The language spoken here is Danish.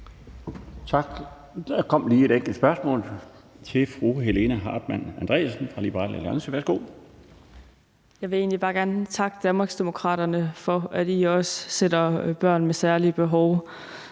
Tak. Der kom lige et enkelt spørgsmål fra fru Helena Artmann Andresen fra Liberal Alliance. Værsgo. Kl. 17:37 Helena Artmann Andresen (LA): Jeg vil egentlig bare gerne takke Danmarksdemokraterne for, at I også sætter børn med særlige behov